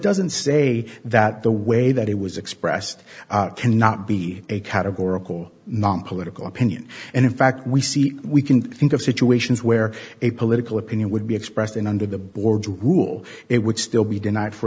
doesn't say that the way that it was expressed cannot be a categorical nonpolitical opinion and in fact we see we can think of situations where a political opinion would be expressed in under the board's rule it would still be denied for